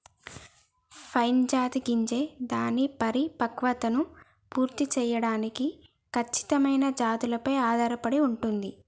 pine జాతి గింజ దాని పరిపక్వతను పూర్తి సేయడానికి ఖచ్చితమైన జాతులపై ఆధారపడి ఉంటుంది